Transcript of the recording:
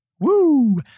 Woo